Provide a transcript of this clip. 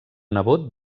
nebot